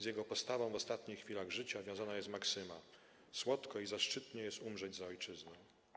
Z Jego postawą w ostatnich chwilach życia wiązana jest maksyma: 'Słodko i zaszczytnie jest umrzeć za Ojczyznę'